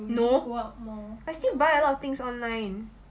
no I still buy a lot of things online